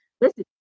listen